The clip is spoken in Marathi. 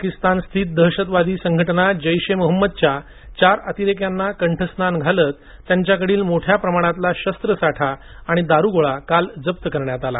पाकिस्तान स्थित दहशतवादी संघटना जैश ए मोहम्मदच्या चार अतिरेक्यांना कठस्नान घालत त्यांच्याकडील मोठ्या प्रमाणात शस्त्रसाठा आणि दारूगोळा काल जप्त करण्यात आला